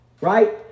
right